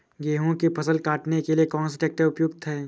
गेहूँ की फसल काटने के लिए कौन सा ट्रैक्टर उपयुक्त है?